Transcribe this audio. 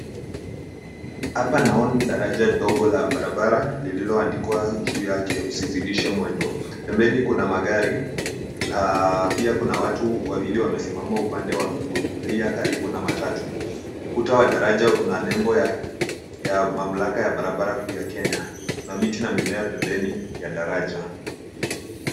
Hapa naona daraja ndogo la barabara lililoandikwa juu yake usizidishe mwendo. Pembeni kuna magari na pia kuna watu wawili wamesimama upande wa kulia karibu na matatu. Ukuta wa daraja kuna nebo ya mamlaka ya barabara kuu ya Kenya na miti na mimea pembeni ya daraja.